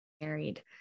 married